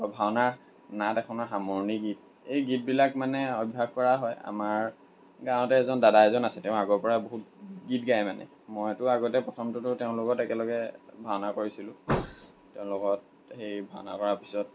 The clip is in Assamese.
ভাওনা নাট এখনৰ সামৰণি গীত এই গীতবিলাক মানে অভ্যাস কৰা হয় আমাৰ গাঁৱতে এজন দাদা এজন আছে তেওঁ আগৰ পৰা বহুত গীত গায় মানে মইতো আগতে প্ৰথমটোতো তেওঁৰ লগত একেলগে ভাওনা কৰিছিলোঁ তেওঁ লগত সেই ভাওনা কৰাৰ পিছত